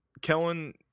Kellen